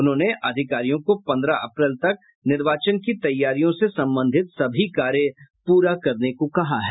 उन्होंने अधिकारियों को पंद्रह अप्रैल तक निर्वाचन की तैयारियों से संबंधित सभी कार्य पूरा करने को कहा है